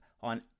on